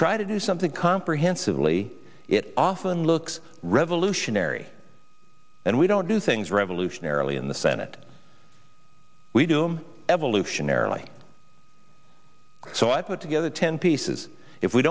try to do something comprehensively it often looks revolutionary and we don't do things revolutionary early in the senate we doom evolutionarily so i put together ten pieces if we